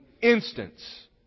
instance